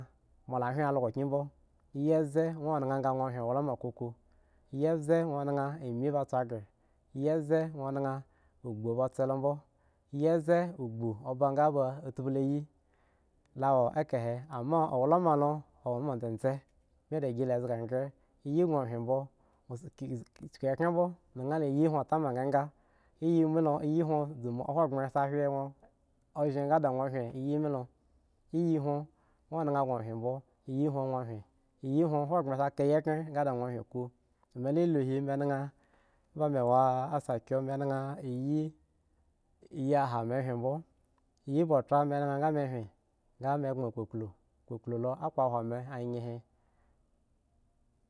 Moa la hwin algo kyin mbo iyi mbze ŋwo naha nga ŋwo hwin owlama kuku iyi mbze ŋwo naha ami ba tso ghre iyi mbze ŋwo naha agbu ba tsi lo mbo iyi mbze ogbu ba nga ba tspi lo yi lo wo ekahe ama owlama lo, owo ma dzedze bmi dagi la zga ghre iyi gŋo hwin mbo uchuku ekhre mbo naha la iya hwon tama nganga iyi me lo iyi hwon, hogbren sa wen ŋwo ozhen nga iyi me lo iyi hwon, hogbren sa wen ŋwo ozhen nga ada ŋwo sa hwin a iyi me lo. iyi hwon ŋwo naha gŋo wen mbo iyi hon ŋwo hwen iyi hwon hogbren sa ka yikhren nga da ŋwo hwin ku me la lu hi me naha omba me wo assakio me naha iyi iyi ha me hwin mbo iyi bo tra me naha nga me hwin nga me gboŋ kpukplu kpukplu lo a kpohwo me anye he.